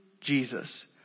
Jesus